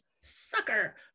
sucker